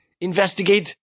investigate